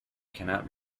cannot